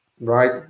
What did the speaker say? right